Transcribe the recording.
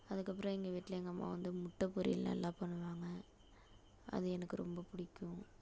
அதுக்கப்புறம் எங்கள் வீட்டில எங்கள் அம்மா வந்து முட்டை பொரியல் நல்லா பண்ணுவாங்க அது எனக்கு ரொம்ப பிடிக்கும்